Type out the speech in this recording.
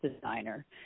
designer